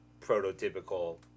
prototypical